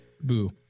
Boo